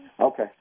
Okay